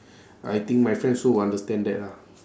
I think my friend also will understand that lah